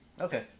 Okay